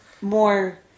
more